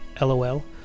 lol